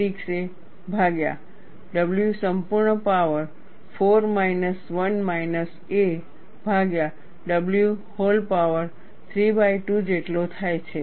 6 a ભાગ્યા w સંપૂર્ણ power 4 minus 1 minus a ભાગ્યા w હૉલ પાવર 32 જેટલો થાય છે